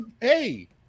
Hey